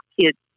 kids